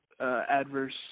adverse